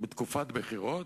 בתקופת בחירות,